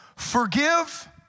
Forgive